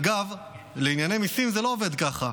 אגב, בענייני מיסים זה לא עובד ככה.